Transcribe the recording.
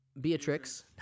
Beatrix